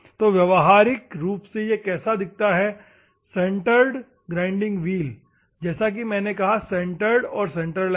तो व्यावहारिक रूप से यह कैसा दिखता है सेंटर्ड ग्राइंडिंग व्हील जैसा कि मैंने कहा कि सेंटर्ड और सेंटरलेस